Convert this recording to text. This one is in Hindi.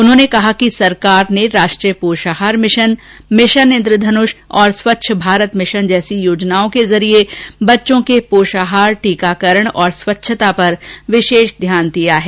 उन्होंने कहा कि सरकार ने राष्ट्रीय पोषाहार मिशन मिशन इन्द्रधनुष और स्वच्छ भारत मिशन जैसी योजनाओं के जरिये बच्चों के पोषाहार टीकाकरण और स्वच्छता पर विशेष ध्यान दिया है